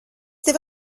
tevi